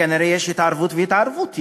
כנראה יש התערבות ויש התערבות.